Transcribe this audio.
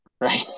right